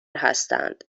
هستند